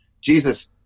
Jesus